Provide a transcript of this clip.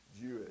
Jewish